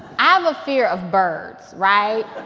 i have a fear of birds right.